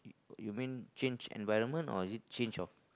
you mean change environment or is it change of